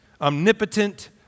omnipotent